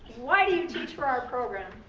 why do you teach for our program?